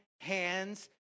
hands